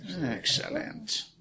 Excellent